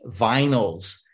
vinyls